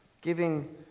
giving